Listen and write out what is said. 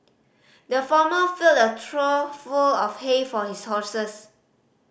the farmer filled a trough full of hay for his horses